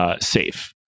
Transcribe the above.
Safe